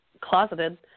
closeted